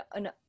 no